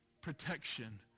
protection